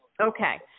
Okay